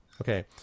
Okay